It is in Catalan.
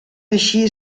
així